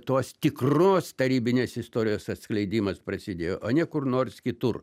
tos tikros tarybinės istorijos atskleidimas prasidėjo o ne kur nors kitur